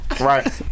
Right